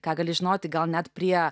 ką gali žinoti gal net prie